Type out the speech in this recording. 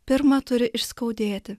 pirma turi išskaudėti